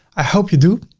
i hope you do.